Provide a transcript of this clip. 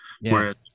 whereas